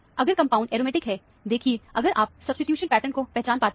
अगर compound aromatic है देखिए अगर आप सब्सीट्यूशन पैटर्नको पहचान पाते हैं